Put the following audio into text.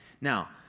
Now